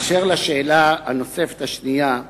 אשר לשאלה הנוספת השנייה,